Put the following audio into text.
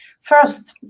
First